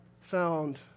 found